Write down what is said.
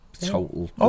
total